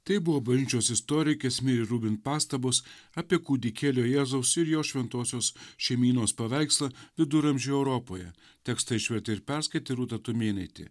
tai buvo bažnyčios istorikės miri rubin pastabos apie kūdikėlio jėzaus ir jo šventosios šeimynos paveikslą viduramžių europoje tekstą išvertė ir perskaitė rūta tumėnaitė